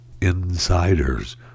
insiders